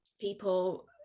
people